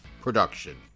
production